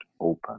open